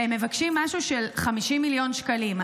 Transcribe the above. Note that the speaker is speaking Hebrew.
והם מבקשים משהו סביב 50 מיליון שקלים.